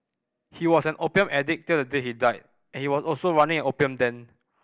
he was an opium addict till the day he died he was also running an opium den